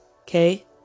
Okay